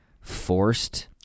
forced